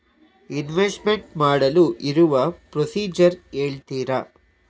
Investment ಮಾಡಲು ಇರುವ procedure ಹೇಳ್ತೀರಾ?